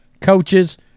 coaches